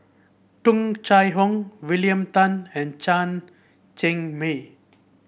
Tung Chye Hong William Tan and Chen Cheng Mei